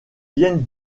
viennent